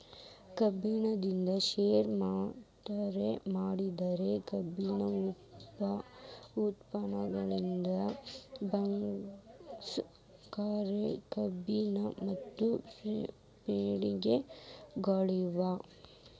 ಕಬ್ಬಿನಿಂದ ಶೇರೆ ತಯಾರ್ ಮಾಡ್ತಾರ, ಕಬ್ಬಿನ ಉಪ ಉತ್ಪನ್ನಗಳಂದ್ರ ಬಗ್ಯಾಸ್, ಕಾಕಂಬಿ ಮತ್ತು ಪ್ರೆಸ್ಮಡ್ ಗಳಗ್ಯಾವ